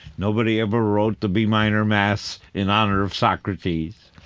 nobody ever wrote the b minor mass in honor of socrates,